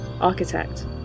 architect